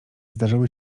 zdarzały